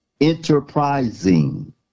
Enterprising